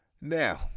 Now